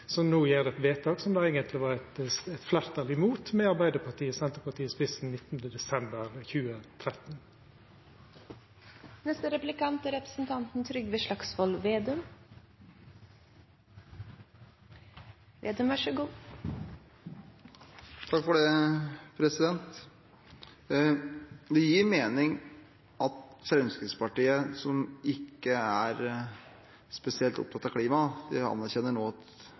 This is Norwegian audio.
som gjer eit vedtak som det eigentleg var fleirtal mot – med Arbeidarpartiet og Senterpartiet i spissen – 19. desember 2013. Det gir mening at Fremskrittspartiet, som ikke er spesielt opptatt av klima – de anerkjenner kanskje nå at det